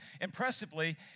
impressively